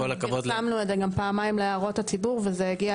פרסמנו את זה גם פעמיים להערות הציבור וזה הגיע